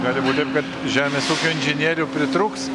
gali būti ir kad žemės ūkio inžinierių pritrūks